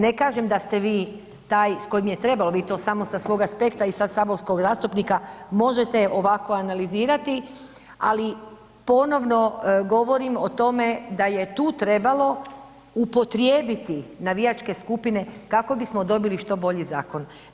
Ne kažem da ste vi taj s kojim je trebalo bit, to samo sa svog aspekta i saborskog zastupnika, možete ovako analizirati, ali ponovno govorim o tome da je tu trebalo upotrijebiti navijačke skupine kako bismo dobili što bolji zakon.